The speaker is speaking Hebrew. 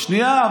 שנייה.